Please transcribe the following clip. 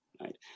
right